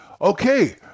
okay